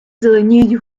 зеленіють